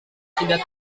tidak